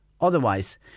otherwise